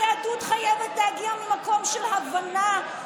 היהדות חייבת להגיע ממקום של הבנה,